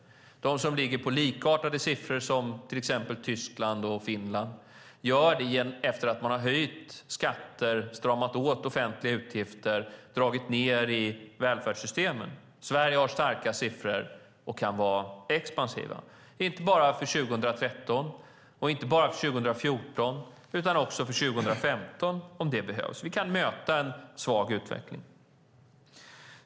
De som ligger på likartade siffror, som Tyskland och Finland, gör det efter att de har höjt skatter, stramat åt offentliga utgifter, dragit ned i välfärdssystemen. Sverige visar upp starka siffror och kan vara expansivt, inte bara 2013 och inte bara 2014 utan också 2015 om det behövs. Vi kan möta en svag utveckling.